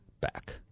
back